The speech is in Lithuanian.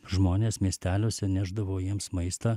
žmonės miesteliuose nešdavo jiems maistą